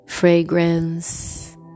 Fragrance